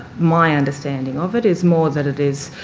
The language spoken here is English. my understanding of it is more that it is